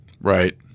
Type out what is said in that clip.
Right